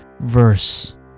verse